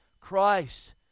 Christ